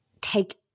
take